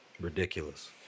Ridiculous